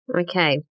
Okay